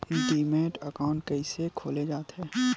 Demat account कइसे खोले जाथे?